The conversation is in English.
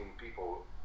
people